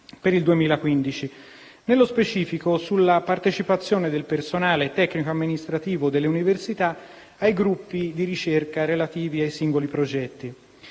per il 2015, nello specifico sulla partecipazione del personale tecnico-amministrativo delle università ai gruppi di ricerca relativi ai singoli progetti.